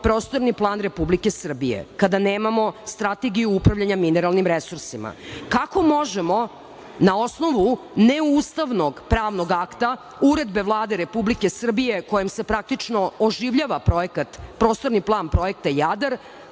prostorni plan Republike Srbije, kada nemamo strategiju upravljanja mineralnim resursima? Kako možemo na osnovu neustavnog pravnog akta, uredbe Vlade Republike Srbije kojom se praktično oživljava Prostorni plan Projekta "Jadar",